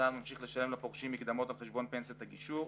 צה"ל ממשיך לשלם לפורשים מקדמות על חשבון פנסיות הגישור.